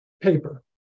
paper